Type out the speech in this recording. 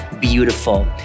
beautiful